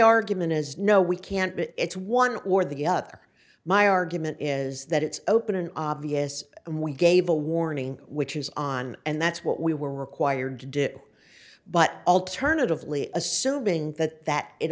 argument is no we can't but it's one or the other my argument is that it's open an obvious and we gave a warning which is on and that's what we were required to do but alternatively assuming that that it